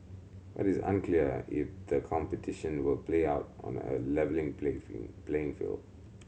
but it is unclear if the competition will play out on a leveling play fielding playing field